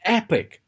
epic